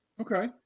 Okay